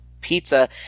pizza